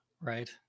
Right